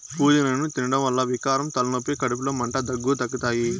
పూదినను తినడం వల్ల వికారం, తలనొప్పి, కడుపులో మంట, దగ్గు తగ్గుతాయి